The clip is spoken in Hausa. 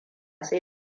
sai